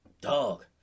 dog